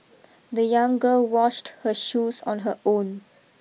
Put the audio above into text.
the young girl washed her shoes on her own